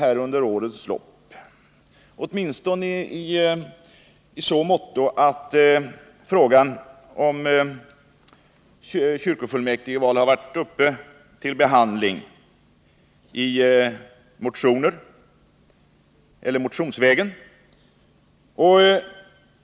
Frågan om kyrkofullmäktigvalen har under årens lopp varit uppe till behandling här i riksdagen motionsvägen.